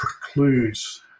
precludes